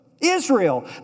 Israel